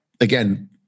Again